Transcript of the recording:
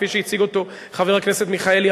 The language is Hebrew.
כפי שהציג אותו חבר הכנסת מיכאלי,